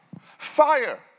Fire